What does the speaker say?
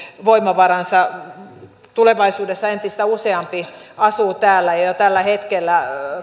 voimavaransa tulevaisuudessa entistä useampi asuu täällä ja tällä hetkellä